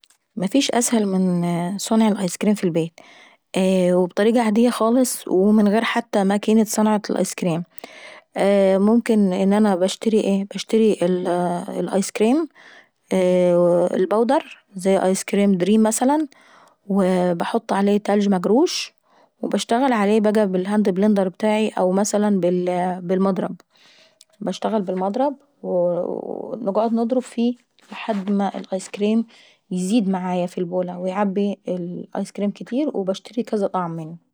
مفيش اسهل من صنع الايس كريم في البيت، وبطريقة عادية خالص ومن غير حتى ما نحتاج ماكينة صنع الايس كرس. اييه ممكن ان انا نشتري الايس كريم الباودر زي ايس كريم دريم مثلا، وبحط عليه تلج مجرو وبشتغل عليه بالهاند بلندر بتاعي او بالمضرب نشتغل بالمضرب و نجعد نضرب فيه لحد ما لايس كريم يزيد معاية في البولة ويعبي الايس كريم وباشتري كذا طعم منه.